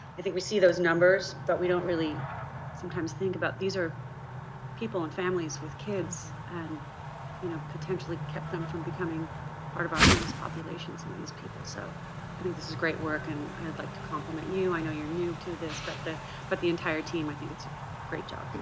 i think we see those numbers, but we don't really sometimes think about these are people and families with kids and you know potentially kept them from becoming part of our homeless population, some of these people. so i think this is great work. and i would like to complement you, i know you're new to this, but but the entire team. i think it's a great job.